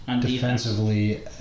defensively